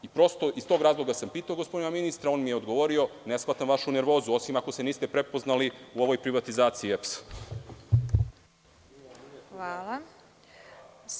I prosto, iz tog razloga sam pitao gospodina ministra, on mi je odgovorio, ne shvatam vašu nervozu, osim ako se niste prepoznali u ovoj privatizaciji EPS.